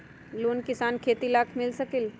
Loan किसान के खेती लाख मिल सकील?